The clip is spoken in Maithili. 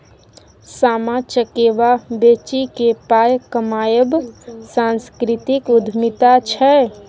सामा चकेबा बेचिकेँ पाय कमायब सांस्कृतिक उद्यमिता छै